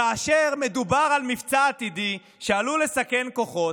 כאשר מדובר על מבצע עתידי שעלול לסכן כוחות,